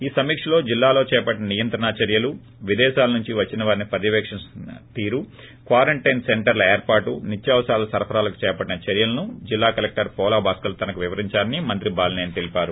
ఈ సమిక్షలో జిల్లాలో చేపట్టిన నియంత్రణ చర్యలు విదేశాల నుంచి వచ్చిన వారిని పర్యవేశిస్తున్న తీరు క్వారంటైన్ సెంటర్ల ఏర్పాటు నిత్యావసరాల సరఫరాకు చేపట్టిన చర్యలను జిల్లా కలెక్టర్ వోలభాస్కర్ తనకు వివరించారని మంత్రి బాలిసేని తెలిపారు